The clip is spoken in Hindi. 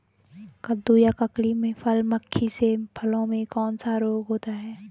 कद्दू या ककड़ी में फल मक्खी से फलों में कौन सा रोग होता है?